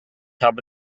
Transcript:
habe